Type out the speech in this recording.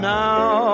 now